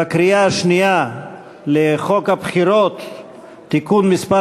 בקריאה שנייה של חוק הבחירות לכנסת (תיקון מס'